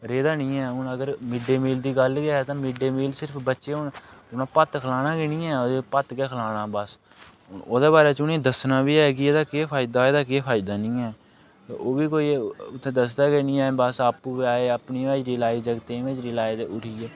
रेह् दा निं ऐ हून अगर मिड डे मील दी गल्ल गै मिड डे मील सिर्फ बच्चे होन उ'नें भत्त खाना गै निं ऐ भत्त गै खलाना बस ओह्दे बारै च उ'नें ई दस्सना बी ऐ कि एह्दा केह् फायदा एह्दा केह् फायदा निं ऐ ते ओह् बी कोई उ'त्थें दस्सदा गै निं ऐ बस आपूं गै एह् अपनी हाजरी लाई जागतें दी हाजरी लाई ते उठियै